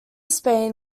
spain